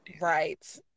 right